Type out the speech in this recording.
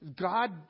God